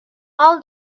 all